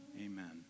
amen